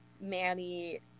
Manny